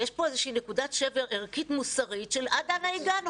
יש פה איזושהי נקודת שבר ערכית מוסרית של עד אנה הגענו.